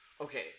Okay